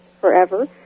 forever